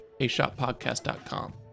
ashotpodcast.com